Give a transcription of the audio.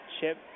Chip